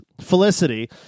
Felicity